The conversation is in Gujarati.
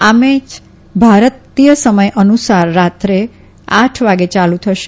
આમેય ભારતીય સમય અનુસાર રાત્રે આઠ વાગે યાલુ થશે